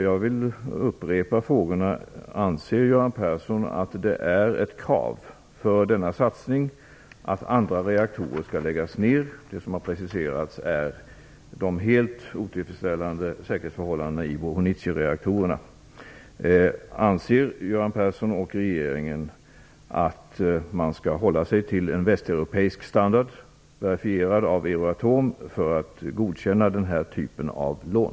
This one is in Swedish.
Jag vill upprepa mina frågor: Anser Göran Persson att det är ett krav för denna satsning att andra reaktorer skall läggas ner? Vad som har preciserats är de helt otillfredsställande säkerhetsförhållandena i Bohunicereaktorerna. Anser Göran Persson och regeringen att man skall hålla sig till en västeuropeisk standard verifierad av Euratom för att godkänna den här typen av lån?